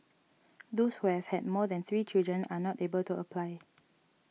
those who have had more than three children are not able to apply